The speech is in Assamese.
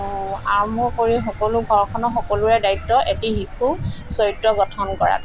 আৰম্ভ কৰি সকলো ঘৰখনৰ সকলোৰে দায়িত্ব এটি শিশু চৰিত্ৰ গঠন কৰাত